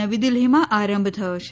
નવી દિલ્ફીમાં આરંભ થયો છે